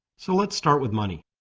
so let's start with money.